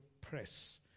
press